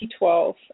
2012